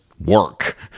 work